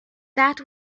that